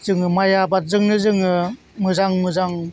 जोङो माइ आबादजोंनो जोङो मोजां मोजां